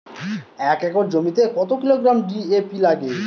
এক একর জমিতে কত কিলোগ্রাম ডি.এ.পি লাগে?